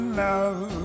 love